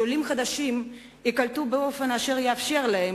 שעולים חדשים ייקלטו באופן אשר יאפשר להם